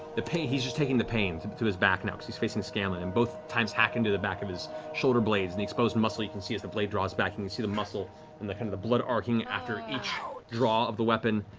the pain, he's just taking the pain to but to his back, now, because he's facing scanlan, and both times hack into the back of his shoulderblades and exposed muscle you can see as the blade draws back and you can see the muscle and the kind of the blood arcing after each draw of the weapon.